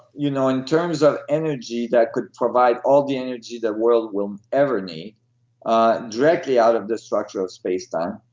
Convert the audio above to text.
you know in terms of energy that could provide all the energy the world will ever need ah directly out of this structure of space time,